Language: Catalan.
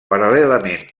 paral·lelament